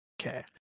okay